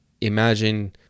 Imagine